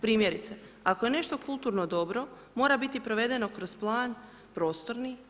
Primjerice, ako je nešto kulturno dobro, mora biti provedeno kroz plan prostorni i